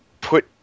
put